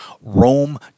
Rome